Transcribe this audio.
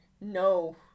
No